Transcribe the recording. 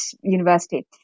university